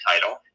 title